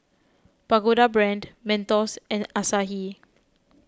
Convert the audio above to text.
Pagoda Brand Mentos and Asahi